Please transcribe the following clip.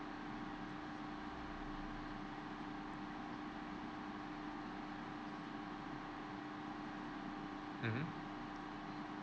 mmhmm